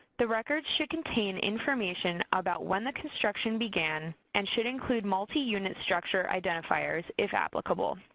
the records should contain information about when the construction began and should include multi-unit structure identifiers, if applicable.